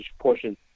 portion